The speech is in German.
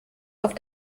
auf